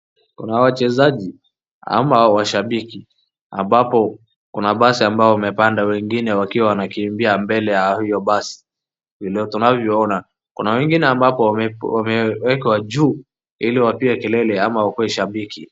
Kuna wachezaji ama washabiki ambapo kuna basi ambao wamepanda wengine wakiwa wanakimbia mbele ya hiyo basi vile tunavyo ona. Kuna wengine ambapo wamewekwa juu ili wapige kelele ama wakue shabiki.